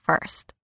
first